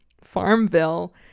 farmville